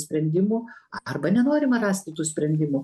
sprendimų arba nenorima rasti tų sprendimų